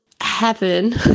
heaven